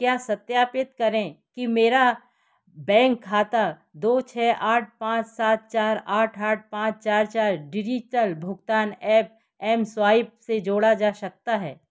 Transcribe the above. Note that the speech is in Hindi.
कृपया सत्यापित करें कि क्या मेरा बैंक खाता दो छः आठ पाँच सात चार आठ आठ पाँच चार चार डिजिटल भुगतान ऐप एमस्वाइप से जोड़ा जा सकता है